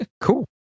Cool